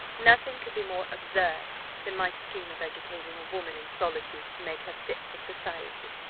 nothing could be more absurd than my scheme of educating a woman in solitude to make her fit for society.